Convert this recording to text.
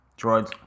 Droids